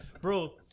bro